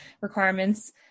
requirements